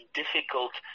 difficult